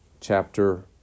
chapter